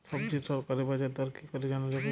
সবজির সরকারি বাজার দর কি করে জানা যাবে?